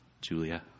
Julia